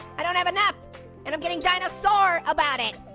i don't have enough and i'm getting kinda sore about it.